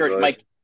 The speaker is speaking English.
Mike